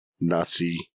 Nazi